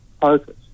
focus